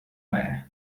رائع